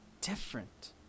different